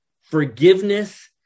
forgiveness